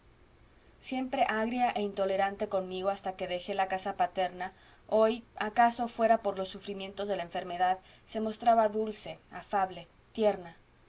siempre agria e intolerante conmigo hasta que dejé la casa paterna hoy acaso fuera por los sufrimientos de la enfermedad se mostraba dulce afable tierna